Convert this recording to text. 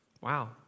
Wow